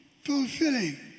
fulfilling